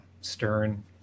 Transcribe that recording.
stern